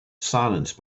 silence